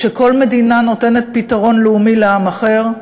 כשכל מדינה נותנת פתרון לאומי לעם אחר: